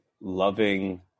Loving